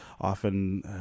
often